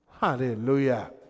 Hallelujah